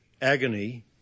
agony